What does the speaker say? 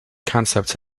concepts